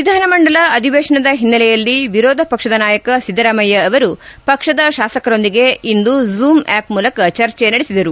ವಿಧಾನಮಂಡಲ ಅಧಿವೇಶನದ ಹಿನ್ನೆಲೆಯಲ್ಲಿ ವಿರೋಧ ಪಕ್ಷದ ನಾಯಕ ಸಿದ್ದರಾಮಯ್ಯ ಪಕ್ಷದ ಶಾಸಕರೊಂದಿಗೆ ಇಂದು ಝೂಮ್ ಆಪ್ ಮೂಲಕ ಚರ್ಚೆ ನಡೆಸಿದರು